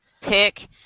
pick